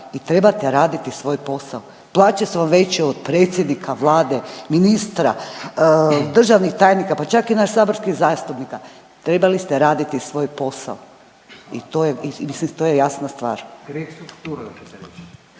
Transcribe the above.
i trebate raditi svoj posao. Plaće su vam veće od predsjednika vlade, ministra, državnih tajnika pa čak i nas saborskih zastupnika, trebali ste raditi svoj posao. I to je, mislim do je jasna stvar.